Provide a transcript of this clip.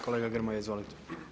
Kolega Grmoja, izvolite.